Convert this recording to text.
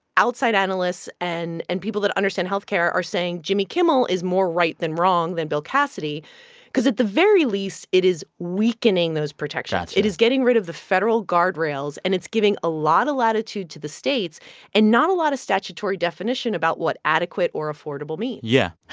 outside analysts and and people that understand health care are saying jimmy kimmel is more right than wrong than bill cassidy because at the very least, it is weakening those protections that's true it is getting rid of the federal guardrails, and it's giving a lot of latitude to the states and not a lot of statutory definition about what adequate or affordable means yeah.